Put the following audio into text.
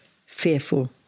fearful